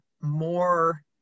more